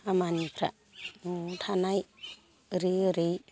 खामानिफ्रा न'आव थानाय ओरै ओरै